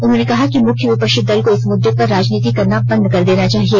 उन्होंने कहा कि मुख्य विपक्षी दल को इस मुद्दे पर राजनीति करना बंद कर देना चाहिए